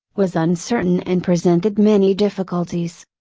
was uncertain and presented many difficulties.